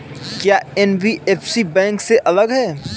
क्या NBFC bank से अलग है?